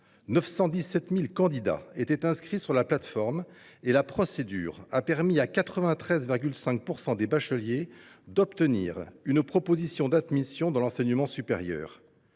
917 000 candidats étaient inscrits sur la plateforme, et la procédure a permis à 93,5 % des bacheliers d’obtenir une proposition d’admission dans l’enseignement supérieur.